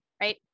right